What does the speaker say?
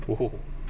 !whoa!